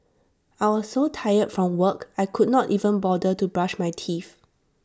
I was so tired from work I could not even bother to brush my teeth